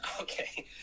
okay